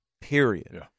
period